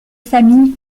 famille